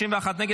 31 נגד.